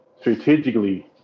strategically